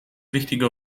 wichtige